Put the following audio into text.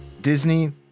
Disney